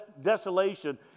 desolation